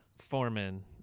foreman